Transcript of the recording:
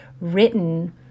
written